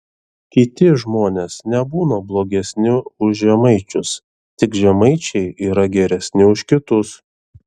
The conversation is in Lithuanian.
kiti žmonės nebūna blogesni už žemaičius tik žemaičiai yra geresni už kitus